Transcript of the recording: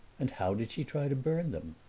and how did she try to burn them?